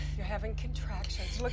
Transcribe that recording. you're having contractions, look